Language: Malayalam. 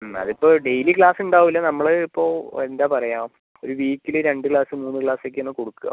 അത് ഇപ്പോൾ ഡെയിലി ക്ലാസ്സ് ഉണ്ടാവില്ല നമ്മൾ ഇപ്പോൾ എന്താണ് പറയുക ഒരു വീക്കിൽ രണ്ട് ക്ലാസ്സ് മൂന്ന് ക്ലാസ്സ് ഒക്കെ ആണ് കൊടുക്കുക